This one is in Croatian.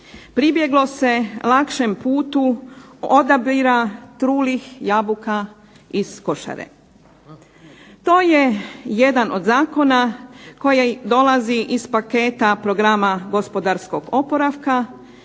pribjeglo se lakšem putu odabira trulih jabuka iz košare. To je jedan od zakona koji dolazi iz paketa programa gospodarskog oporavka.